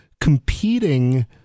competing